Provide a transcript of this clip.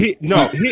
No